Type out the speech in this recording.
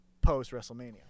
post-wrestlemania